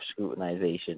scrutinization